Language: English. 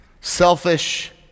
selfish